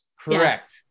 Correct